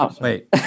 Wait